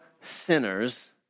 sinners